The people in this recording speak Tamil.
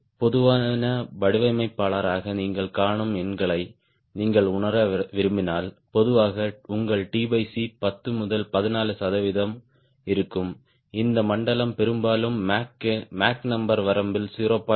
ஒரு பொதுவான வடிவமைப்பாளராக நீங்கள் காணும் எண்களை நீங்கள் உணர விரும்பினால் பொதுவாக உங்கள் 10 முதல் 14 சதவிகிதம் இருக்கும் இந்த மண்டலம் பெரும்பாலும் மேக் நம்பர் வரம்பில் 0